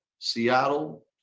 Seattle